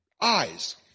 Eyes